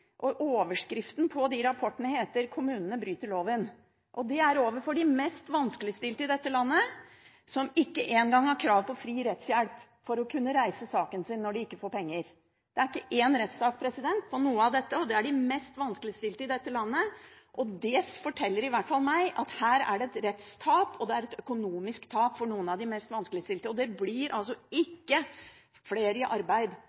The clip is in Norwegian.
og overskriften på de rapportene er: Kommunene bryter loven – og det overfor de mest vanskeligstilte i dette landet, som ikke engang har krav på fri rettshjelp for å kunne reise saken sin når de ikke får penger. Det er ikke én rettssak på noe av dette, og det er de mest vanskeligstilte i landet. Det forteller i hvert fall meg at her er det et rettstap, og det er et økonomisk tap for noen av de mest vanskeligstilte. Det blir altså ikke flere i arbeid